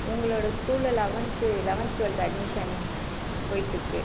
உங்களோடய ஸ்கூலில் eleventh eleventh twelfth admission போயிகிட்ருக்கு